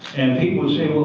and people would say,